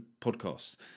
podcasts